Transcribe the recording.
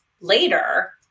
later